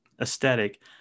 aesthetic